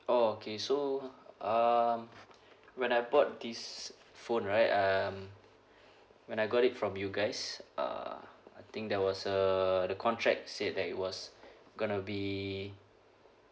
oh okay so um when I bought this phone right um when I got it from you guys uh I think there was uh the contract said that it was going to be